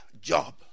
job